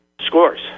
scores